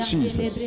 Jesus